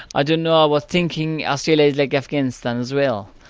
i don't know, i was thinking ah still like afghanistan as well.